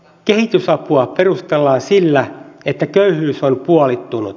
kehitysapua perustellaan sillä että köyhyys on puolittunut